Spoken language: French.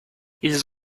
ils